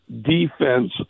defense